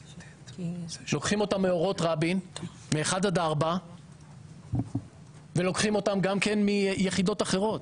שולחים אותם מאורות רבין 1-4 וגם כן מיחידות אחרות.